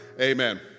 Amen